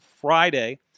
Friday